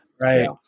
Right